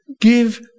give